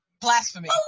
Blasphemy